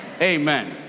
amen